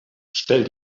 stell